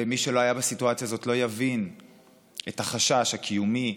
ומי שלא היה בסיטואציה הזאת לא יבין את החשש הקיומי,